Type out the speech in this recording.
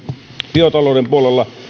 biotalouden puolella